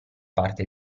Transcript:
parte